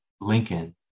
Lincoln